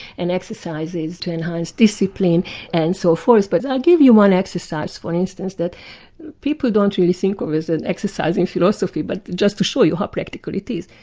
and exercises to enhance discipline and so forth, but i'll give you one exercise for instance that people don't really think of as an exercise in philosophy, but just to show you how practical it is.